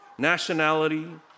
nationality